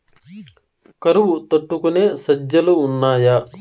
కరువు తట్టుకునే సజ్జలు ఉన్నాయా